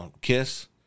Kiss